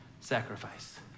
sacrifice